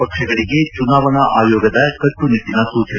ಪಕ್ಷಗಳಿಗೆ ಚುನಾವಣಾ ಆಯೋಗ ಕಟ್ಟುನಿಟ್ಟನ ಸೂಚನೆ